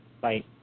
Bye